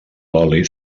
l’oli